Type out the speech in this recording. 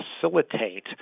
facilitate